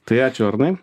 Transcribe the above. tai ačiū arnai